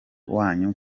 wanyu